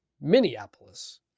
Minneapolis